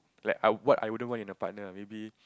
like I what I wouldn't want in a partner maybe